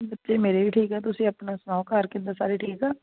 ਬੱਚੇ ਮੇਰੇ ਵੀ ਠੀਕ ਆ ਤੁਸੀਂ ਆਪਣਾ ਸੁਣਾਓ ਘਰ ਕਿੱਦਾਂ ਸਾਰੇ ਠੀਕ ਆ